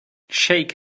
shake